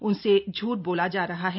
उनसे झूठ बोला जा रहा है